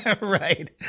Right